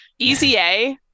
eca